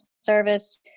service